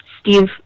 Steve